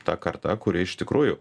ta karta kuri iš tikrųjų